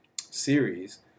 series